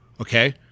okay